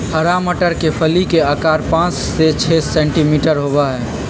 हरा मटर के फली के आकार पाँच से छे सेंटीमीटर होबा हई